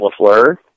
LaFleur